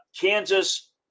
Kansas